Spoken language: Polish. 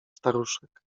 staruszek